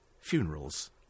funerals